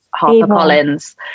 HarperCollins